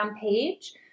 page